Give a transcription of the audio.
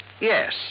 yes